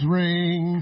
ring